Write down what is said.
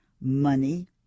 money